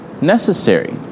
necessary